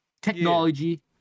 technology